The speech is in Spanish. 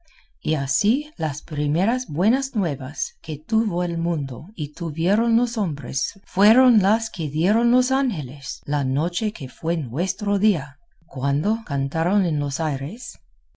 y así las primeras buenas nuevas que tuvo el mundo y tuvieron los hombres fueron las que dieron los ángeles la noche que fue nuestro día cuando cantaron en los aires